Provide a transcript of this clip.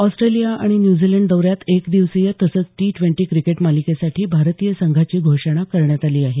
Australia आणि New Zealand दौऱ्यात एकदिवसीय तसंच टी ड्वेंटी क्रिकेट मालिकेसाठी भारतीय संघाची घोषणा करण्यात आली आहे